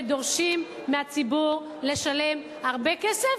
ודורשים מהציבור לשלם הרבה כסף,